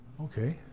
Okay